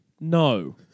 No